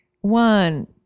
One